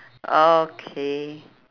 okay